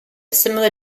similar